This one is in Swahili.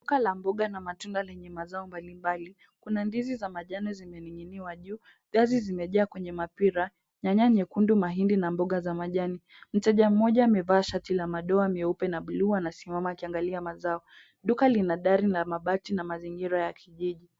Duka la mboga na matunda lenye mazao mbalimbali, kuna ndizi za majani zimeninyiniwa juu, viazi zimejaa kwenye mapira, nyanya nyekundu mahindi, na mboga za majani. Mteja mmoja amevaa shati la madoa myeupe na buluu anasimama akiangalia mazao. Duka lina dari la mabati na mazingira ya kijiji.